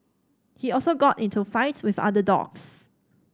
he also got into fights with other dogs